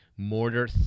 Mortar